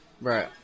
Right